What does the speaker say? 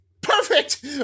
Perfect